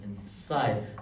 inside